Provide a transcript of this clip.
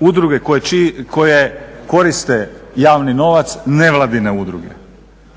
udruge koje koriste javni novac nevladine udruge,